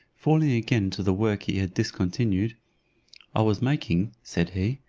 falling again to the work he had discontinued i was making, said he,